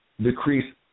decrease